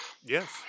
Yes